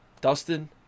dustin